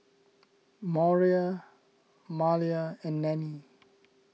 Maura Malia and Nannie